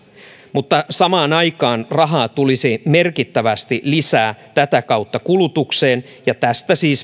mutta samaan aikaan rahaa tulisi merkittävästi lisää tätä kautta kulutukseen ja tästä siis